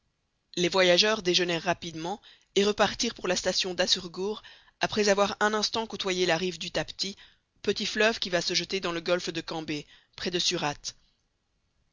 les voyageurs déjeunèrent rapidement et repartirent pour la station d'assurghur après avoir un instant côtoyé la rive du tapty petit fleuve qui va se jeter dans le golfe de cambaye près de surate